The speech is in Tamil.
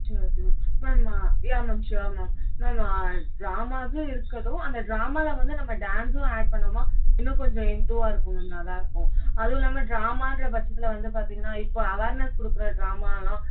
சரி okay ma'am ma'am yeah ma'am sure ma'am ma'am ட்ராமாஸ்ஸும் இருக்கட்டும் அந்த ட்ராமாவில வந்து நம்ம டான்ஸ்ஸும் ஆட் பண்ணோம்மா இன்னும் கொஞ்சம் என்தூவாக இருக்கும் மேம் நல்லாயிருக்கும் அதுவும் இல்லாமல் ட்ராமான்ற பட்சத்தில் வந்து பார்த்தீங்கன்னா இப்போ அவேர்னெஸ் கொடுக்குற ட்ராமாவெலாம்